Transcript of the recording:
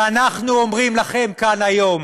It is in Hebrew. ואנחנו אומרים לכם כאן היום: